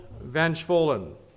vengeful